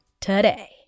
today